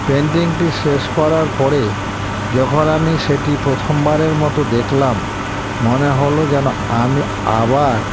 পেন্টিংটি শেষ করার পরে যখন আমি সেটি প্রথমবারের মতো দেখলাম মনে হলো যেন আমি আবার